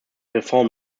reform